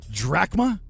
drachma